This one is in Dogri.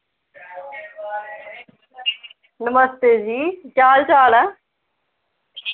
नमस्ते जी केह् हाल चाल ऐ